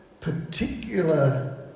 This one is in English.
particular